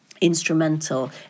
instrumental